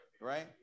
Right